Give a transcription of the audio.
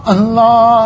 Allah